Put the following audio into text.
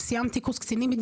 בדיוק סיימתי קורס קצינים.